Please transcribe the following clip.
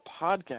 podcast